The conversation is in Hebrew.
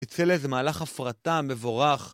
התחיל איזה מהלך הפרטה מבורך.